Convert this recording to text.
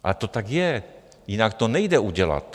Ale to tak je, jinak to nejde udělat.